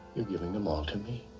you giving them all to me?